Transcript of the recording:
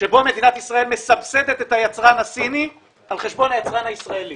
שבו מדינת ישראל מסבסדת את היצרן הסיני על חשבון היצרן הישראלי.